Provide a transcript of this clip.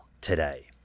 today